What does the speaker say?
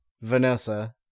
Vanessa